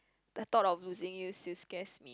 the thought of losing you still scares me